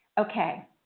Okay